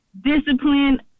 discipline